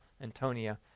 Antonia